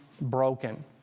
broken